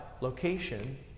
location